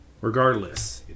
Regardless